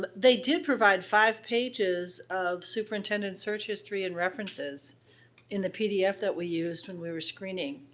they did provide five pages of superintendent search history and references in the pdf that we used when we were screening.